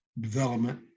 development